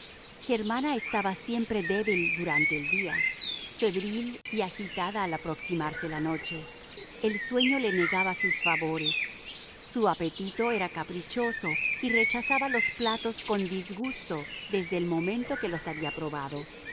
germana estaba siempre débil durante el día febril y agitada al aproximarse la noche el sueño le negaba sus favores su apetito era caprichoso y rechazaba los platos con disgusto desde el momento que los había probado